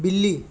बिल्ली